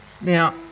Now